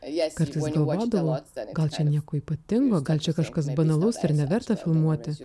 kartais galvodavau gal čia nieko ypatingo gal čia kažkas banalaus ir neverta filmuoti